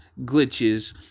glitches